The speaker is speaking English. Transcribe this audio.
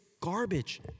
garbage